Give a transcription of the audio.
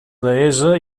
deessa